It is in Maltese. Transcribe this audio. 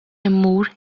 immur